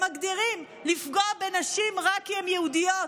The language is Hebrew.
הם מגדירים לפגוע בנשים רק כי הן יהודיות,